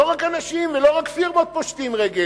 לא רק אנשים ולא רק פירמות פושטים רגל.